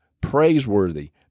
praiseworthy